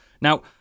Now